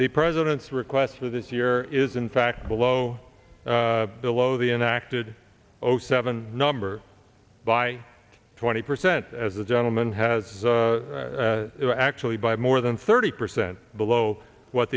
the president's request for this year is in fact below the low the enacted over seven number by twenty percent as the gentleman has actually by more than thirty percent below what